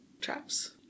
Traps